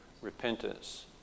repentance